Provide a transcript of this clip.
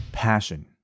passion